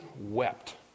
wept